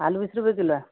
आलू वीस रुपये किलो आहे